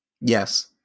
Yes